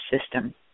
system